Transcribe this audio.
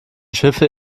schiffe